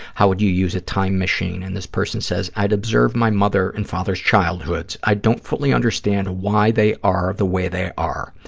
how would you use a time machine, and this person says, i'd observe my mother's and father's childhoods. i don't fully understand why they are the way they are.